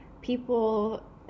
people